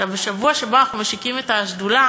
עכשיו, בשבוע שבו אנחנו משיקים את השדולה,